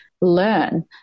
learn